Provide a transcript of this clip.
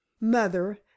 mother